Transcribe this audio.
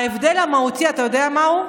ההבדל המהותי, אתה יודע מהו?